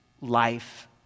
life